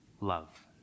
love